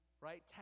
right